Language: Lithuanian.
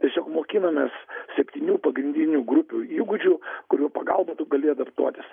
tiesiog mokinamės septynių pagrindinių grupių įgūdžių kurių pagalba tu gali adaptuotis